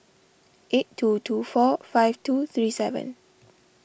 eight two two four five two three seven